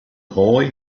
boy